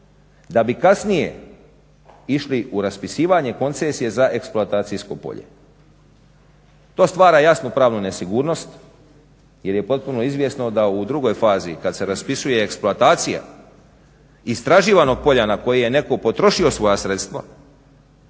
da bi kasnije išli u raspisivanje koncesije za eksploatacijsko polje. To stvara jasnu pravnu nesigurnost jer je potpuno izvjesno da u drugoj fazi kad se raspisuje eksploatacija istraživanog polja na koje je netko potrošio svoja sredstva,